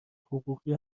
حقوقی